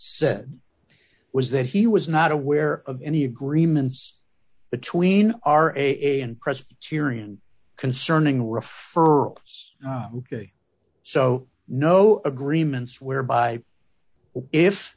said was that he was not aware of any agreements between our a and presbyterian concerning refer so no agreements whereby if